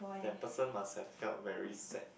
that person must have felt very sad